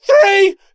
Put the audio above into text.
Three